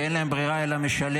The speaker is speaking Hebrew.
שאין להם ברירה אלא לשלם,